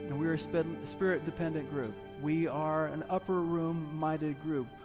and we're a spirit spirit dependent group, we are an upper room minded group,